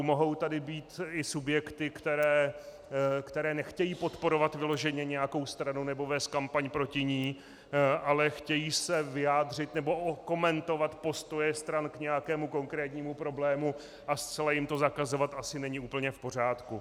Mohou tady být i subjekty, které nechtějí podporovat vyloženě nějakou stranu nebo vést kampaň proti ní, ale chtějí se vyjádřit nebo okomentovat postoje stran k nějakému konkrétnímu problému, a zcela jim to zakazovat asi není úplně v pořádku.